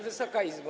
Wysoka Izbo!